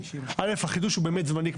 החידוש באמת זמני,